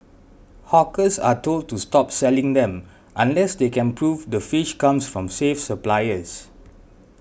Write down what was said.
hawkers are told to stop selling them unless they can prove the fish comes from safe suppliers